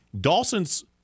Dawson's